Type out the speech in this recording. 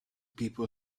people